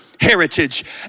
heritage